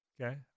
Okay